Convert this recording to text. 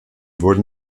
wurden